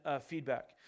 feedback